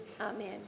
Amen